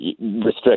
restrict